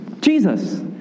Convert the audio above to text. Jesus